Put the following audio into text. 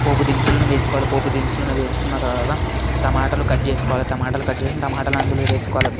పోపు దినుసులను వేసి పోపు దినుసులను వేసుకున్న తర్వాత టమాటాలు కట్ చేసుకోవాలి టమాటాలు కట్ చేసిన టమాటాలు అందులో వేసుకోవాలి